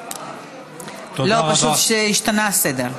פשוט השתנה הסדר.